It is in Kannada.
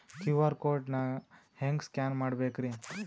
ಕ್ಯೂ.ಆರ್ ಕೋಡ್ ನಾ ಹೆಂಗ ಸ್ಕ್ಯಾನ್ ಮಾಡಬೇಕ್ರಿ?